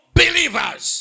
believers